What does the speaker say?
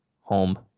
home